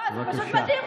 לא, זה פשוט מדהים.